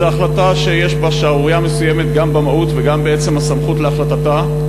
זו החלטה שיש בה שערורייה מסוימת גם במהות וגם בעצם הסמכות להחלטתה.